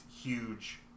huge